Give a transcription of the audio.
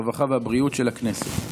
הרווחה והבריאות של הכנסת.